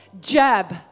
jab